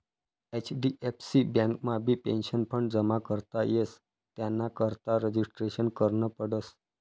HDFC बँकमाबी pension fund जमा करता येस त्यानाकरता रजिस्ट्रेशन करनं पडस